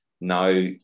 now